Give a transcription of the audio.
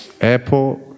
Airport